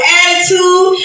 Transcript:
attitude